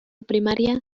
primaria